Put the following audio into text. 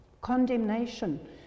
condemnation